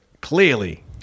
clearly